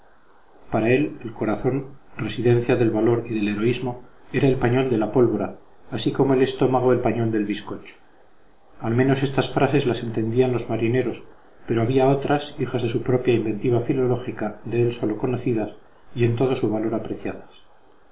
para él el corazón residencia del valor y del heroísmo era el pañol de la pólvora así como el estómago el pañol del viscocho al menos estas frases las entendían los marineros pero había otras hijas de su propia inventiva filológica de él sólo conocidas y en todo su valor apreciadas